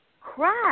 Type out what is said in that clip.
crap